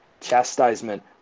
chastisement